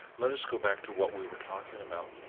let us go back to what we were talking about.